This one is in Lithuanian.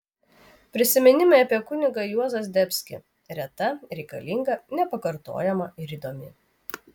prisiminimai apie kunigą juozą zdebskį reta reikalinga nepakartojama ir įdomi